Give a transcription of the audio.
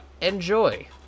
enjoy